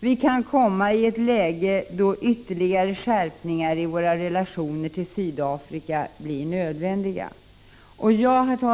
vi kan komma i ett läge då ytterligare skärpningar av våra relationer till Sydafrika blir nödvändiga. Herr talman!